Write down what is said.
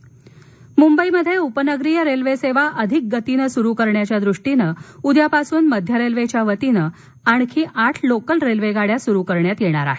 गोयल मुंबईमध्ये उपनगरीय रेल्वेसेवा अधिक गतीनं सुरू करण्याच्या दृष्टीनं उद्यापासून मध्यरेल्वेच्या वतीनं आणखी आठ लोकल रेल्वेगाड्या सुरू करण्यात येणार आहेत